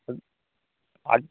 ம் அட்